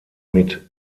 mit